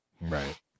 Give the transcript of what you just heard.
right